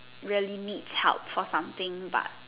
really needs help for something but